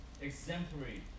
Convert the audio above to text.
exemplary